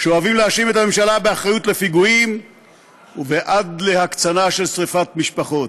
שאוהבים להאשים את הממשלה באחריות לפיגועים ועד להקצנה של שרפת משפחות.